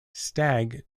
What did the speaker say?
stagg